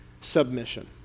Submission